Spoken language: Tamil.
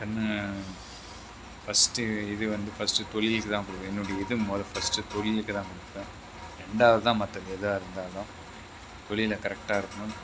கண் ஃபஸ்ட்டு இது வந்து ஃபஸ்ட்டு தொழில் இதுதான் என்னுடைய இது ஃபஸ்ட்டு தொழில் இதுதான் ரெண்டாவது தான் மற்ற எதாயிருந்தாலும் தொழிலில் கரெட்டாயிருக்கணும்